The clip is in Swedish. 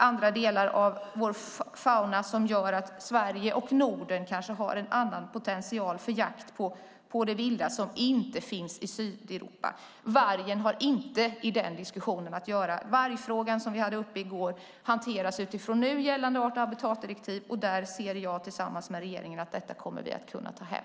Andra delar av faunan innebär att Sverige och Norden kanske har en annan potential för jakt på det vilda än vad Sydeuropa har. Vargen har inte i den diskussionen att göra. Vargfrågan, som vi hade uppe i går, hanteras utifrån nu gällande art och habitatdirektiv. Det ser jag och regeringen att vi kommer att kunna ta hem.